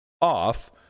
off